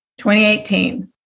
2018